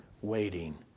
waiting